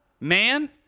man